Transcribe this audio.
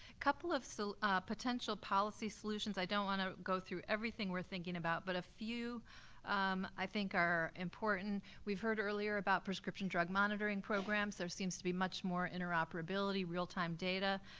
couple of so ah potential policy solutions, i don't wanna go through everything we're thinking about, but a few i think are important. we've heard earlier about prescription drug monitoring programs, there seems to be much more inter-operability, real-time data.